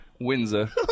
Windsor